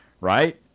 right